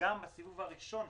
גם בסיבוב הראשון.